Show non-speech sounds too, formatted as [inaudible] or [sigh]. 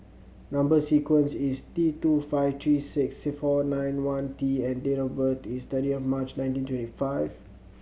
number sequence is T two five three six [unintelligible] four nine one T and date of birth is thirtieth March nineteen twenty five